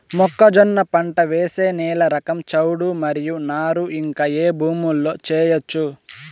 మొక్కజొన్న పంట వేసే నేల రకం చౌడు మరియు నారు ఇంకా ఏ భూముల్లో చేయొచ్చు?